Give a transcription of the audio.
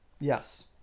Yes